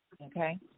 Okay